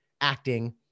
acting